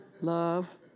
Love